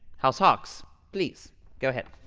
house hawks, please go ahead.